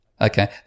Okay